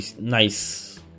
nice